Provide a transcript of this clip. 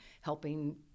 helping